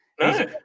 No